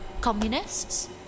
Communists